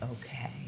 okay